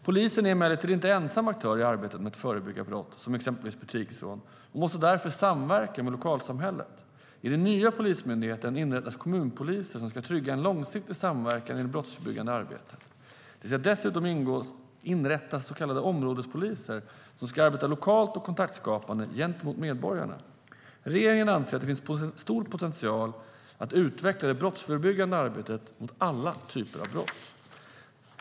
Polisen är emellertid inte ensam aktör i arbetet med att förebygga brott som exempelvis butiksrån och måste därför samverka med lokalsamhället. I den nya Polismyndigheten inrättas kommunpoliser som ska trygga en långsiktig samverkan i det brottsförebyggande arbetet. Det ska dessutom inrättas områdespoliser som ska arbeta lokalt och kontaktskapande gentemot medborgarna. Regeringen anser att det finns stor potential att utveckla det brottsförebyggande arbetet mot alla typer av brott.